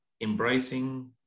embracing